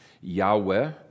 Yahweh